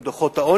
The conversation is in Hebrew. עם דוחות העוני,